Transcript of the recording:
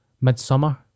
midsummer